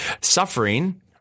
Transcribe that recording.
suffering